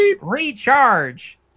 Recharge